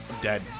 Dead